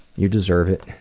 you deserve it.